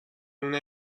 una